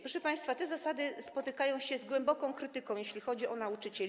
Proszę państwa, te zasady spotykają się z głęboką krytyką, jeśli chodzi o nauczycieli.